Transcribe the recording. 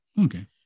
Okay